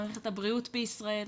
מערכת הבריאות בישראל,